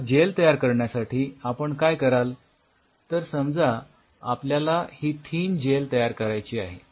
तर जेल तयार करण्यासाठी आपण काय कराल तर समजा आपल्याला ही थीन जेल तयार करायची आहे